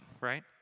right